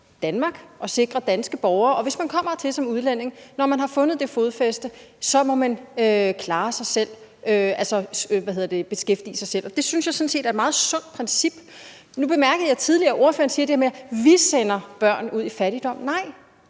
Danmark og sikre danske borgere, og hvis man kommer hertil som udlænding, må man klare sig selv, beskæftige sig selv, når man har fundet fodfæste. Det synes jeg sådan set er et meget sundt princip. Nu bemærkede jeg tidligere, at ordføreren sagde det her med, at vi sender børn ud i fattigdom. Nej,